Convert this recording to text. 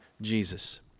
Jesus